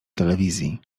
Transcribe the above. telewizji